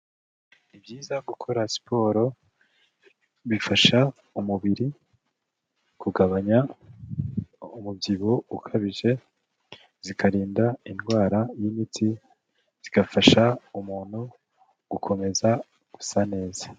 Ni byiza gukora siporo, bifasha umubiri kugabanya umubyibuho ukabije, zikarinda indwara y'imitsi, zigafasha umuntu gukomeza gusa neza.